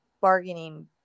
bargaining